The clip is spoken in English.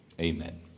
amen